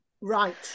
Right